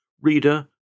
Reader